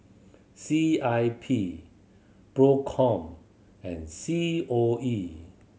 C I P Procom and C O E